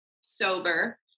sober